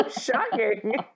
shocking